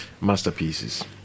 masterpieces